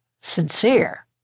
sincere